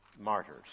martyrs